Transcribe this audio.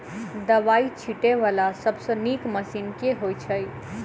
दवाई छीटै वला सबसँ नीक मशीन केँ होइ छै?